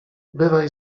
bywaj